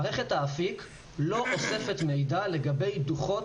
מערכת האפיק לא אוספת מידע לגבי דוחות